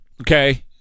okay